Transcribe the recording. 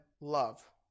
love